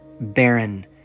barren